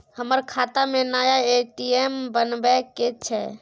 हमर खाता में नया ए.टी.एम बनाबै के छै?